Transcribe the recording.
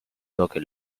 rocky